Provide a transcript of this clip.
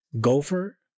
Gopher